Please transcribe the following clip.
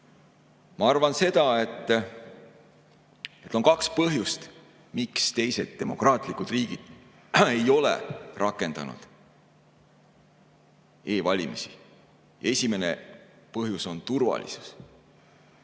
Ma arvan seda, et on kaks põhjust, miks teised demokraatlikud riigid ei ole rakendanud e‑valimisi. Esimene põhjus on turvalisus.